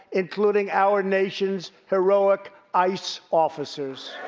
including our nation's heroic ice officers.